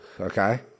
Okay